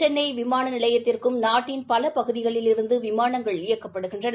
சென்னை விமான நிலையத்திற்கும் நாட்டின் பல பகுதிகளிலிருந்து விமானங்கள் இயக்கப்படுகின்றன